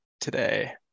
today